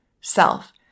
self